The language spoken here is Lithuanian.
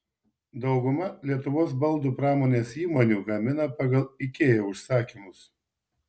dauguma lietuvos baldų pramonės įmonių gamina pagal ikea užsakymus